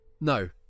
no